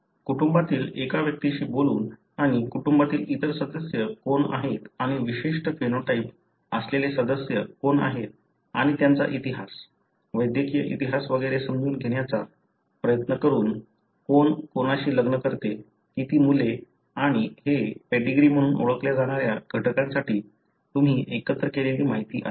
कुटुंबातील एका व्यक्तीशी बोलून आणि कुटुंबातील इतर सदस्य कोण आहेत आणि विशिष्ट फेनोटाइप असलेले सदस्य कोण आहेत आणि त्यांचा इतिहास वैद्यकीय इतिहास वगैरे समजून घेण्याचा प्रयत्न करून कोण कोणाशी लग्न करते किती मुले आणि हे पेडीग्री म्हणून ओळखल्या जाणाऱ्या घटकांसाठी तुम्ही एकत्र केलेली माहिती आहे